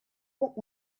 what